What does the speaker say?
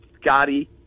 Scotty